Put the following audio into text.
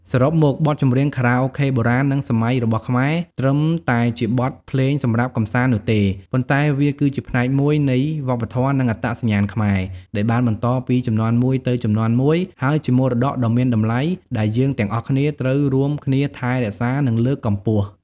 សរុបមក បទចម្រៀងខារ៉ាអូខេបុរាណនិងសម័យរបស់ខ្មែរ ត្រឹមតែជាបទភ្លេងសម្រាប់កម្សាន្តនោះទេ ប៉ុន្តែវាគឺជាផ្នែកមួយនៃវប្បធម៌និងអត្តសញ្ញាណខ្មែរ ដែលបានបន្តពីជំនាន់មួយទៅជំនាន់មួយ ហើយជាមរតកដ៏មានតម្លៃ ដែលយើងទាំងអស់គ្នាត្រូវរួមគ្នាថែរក្សា និងលើកកម្ពស់។។